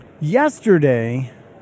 Yesterday